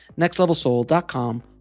nextlevelsoul.com